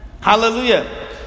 Hallelujah